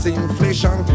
inflation